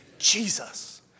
Jesus